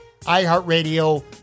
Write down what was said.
iHeartRadio